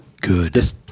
Good